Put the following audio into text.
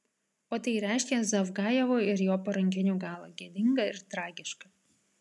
o tai reiškia zavgajevo ir jo parankinių galą gėdingą ir tragišką